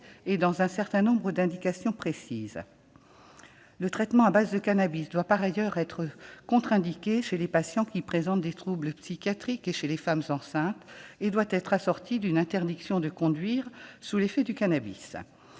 et selon un certain nombre d'indications précises. Le traitement à base de cannabis doit par ailleurs être contre-indiqué chez les patients qui présentent des troubles psychiatriques et chez les femmes enceintes. Il doit être assorti d'une interdiction de conduire. En plus de ce